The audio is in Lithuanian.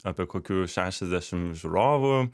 apie kokius šešiasdešim žiūrovų